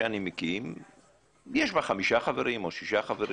מה זה אומר לא יודעים, שזה --- לא שקוף?